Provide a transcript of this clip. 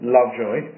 Lovejoy